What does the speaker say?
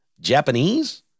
Japanese